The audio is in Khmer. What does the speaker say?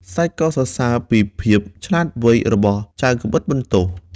ស្ដេចក៏សរសើរពីភាពឆ្លាតវៃរបស់ចៅកាំបិតបន្ទោះ។